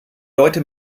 leute